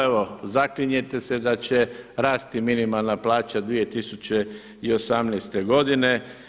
Evo zaklinjete se da će rasti minimalna plaća 2018. godine.